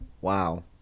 Wow